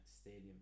Stadium